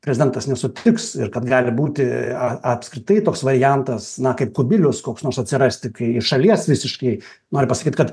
prezidentas nesutiks ir kad gali būti apskritai toks variantas na kaip kubiliaus koks nors atsirasti kai iš šalies visiškai nori pasakyt kad